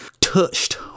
touched